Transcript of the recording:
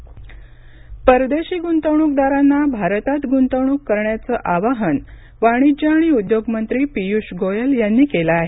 गुंतवणूक परदेशी गुंतवणूकदारांना भारतात गुंतवणूक करण्याचं आवाहन वाणिज्य आणि उद्योग मंत्री पीयूष गोयल यांनी केलं आहे